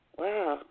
wow